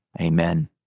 Amen